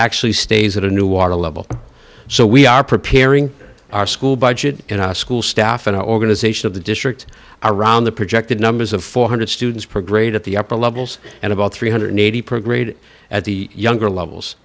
actually stays at a new water level so we are preparing our school budget in our school staff and organization of the district around the projected numbers of four hundred dollars students per grade at the upper levels and about three hundred and eighty dollars per grade at the younger levels